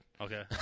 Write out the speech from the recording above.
Okay